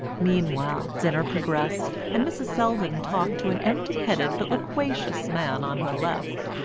meanwhile dinner progressed, and mrs. selldon talked to an empty-headed but loquacious man on her left,